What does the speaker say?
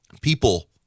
People